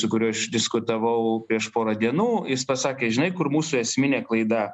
su kuriuo aš diskutavau prieš porą dienų jis pasakė žinai kur mūsų esminė klaida